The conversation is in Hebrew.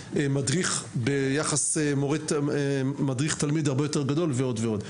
ומדריך כשהיחס מדריך תלמיד הרבה יותר גדול ועוד ועוד.